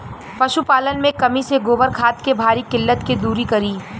पशुपालन मे कमी से गोबर खाद के भारी किल्लत के दुरी करी?